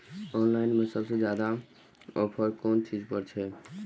Online में सबसे ज्यादा ऑफर कोन चीज पर छे?